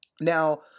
Now